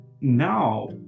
now